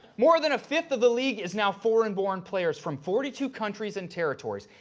more than a fifth of the league is now foreign born players from forty two countries and territories,